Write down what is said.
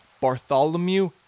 Bartholomew